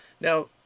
Now